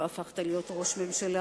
לא הפכת להיות ראש הממשלה.